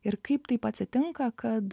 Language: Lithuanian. ir kaip taip atsitinka kad